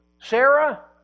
Sarah